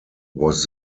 was